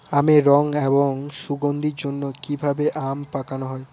আমের রং এবং সুগন্ধির জন্য কি ভাবে আম পাকানো হয়?